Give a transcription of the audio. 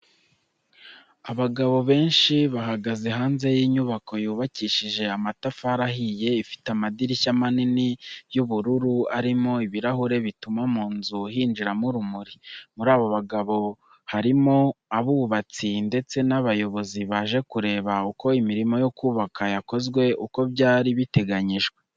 Abagabo benshi bahagaze hanze y'inyubako yubakishije amatafari ahiye, ifite amadirishya manini y'ubururu arimo ibirahure bituma mu nzu hinjiramo urumuri. Muri abo bagabo harimo abubatsi ndetse n'abayobozi baje kureba ko imirimo yo kubaka yakozwe uko byari biteganyijwe.